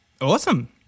Awesome